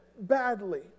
badly